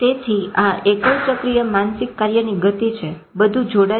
તેથી આ એકલ ચક્રીય માનસિક કાર્યની ગતિ છે બધું જોડાયેલું છે